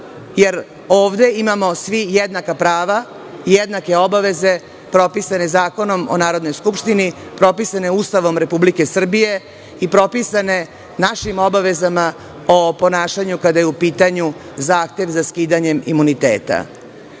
jer ovde imamo svi jednaka prava, jednake obaveze propisane Zakonom o Narodnoj skupštini, propisane Ustavom Republike Srbije i propisane našim obavezama o ponašanju kada je u pitanju zahtev za skidanje imuniteta. Nije